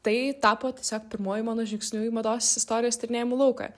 tai tapo tiesiog pirmuoju mano žingsniu į mados istorijos tyrinėjimų lauką